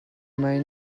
mai